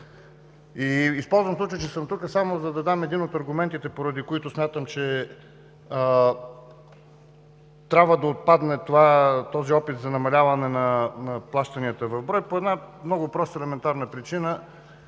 Използвам случаят, че съм тук, само за да дам един от аргументите, поради които смятам, че трябва да отпадне този опит за намаляване на плащанията в брой по една много проста, елементарна причина.